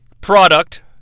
product